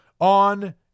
on